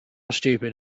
stupid